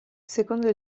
secondo